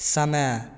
समय